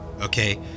okay